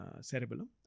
cerebellum